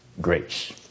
Grace